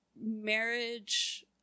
marriage